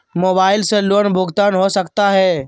Mobile से loan भुगतान हो सकता है?